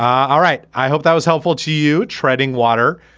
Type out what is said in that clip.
all right. i hope that was helpful to you treading water.